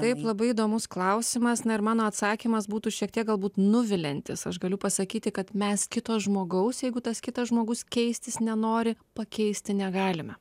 taip labai įdomus klausimas na ir mano atsakymas būtų šiek tiek galbūt nuviliantis aš galiu pasakyti kad mes kito žmogaus jeigu tas kitas žmogus keistis nenori pakeisti negalime